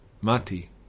Mati